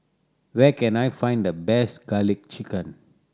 where can I find the best Garlic Chicken